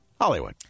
Hollywood